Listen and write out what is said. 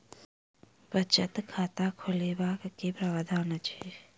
बचत खाता खोलेबाक की प्रावधान अछि?